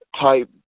type